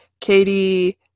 Katie